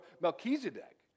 Melchizedek